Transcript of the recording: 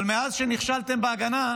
אבל מאז שנכשלתם בהגנה,